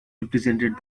represented